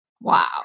Wow